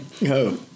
No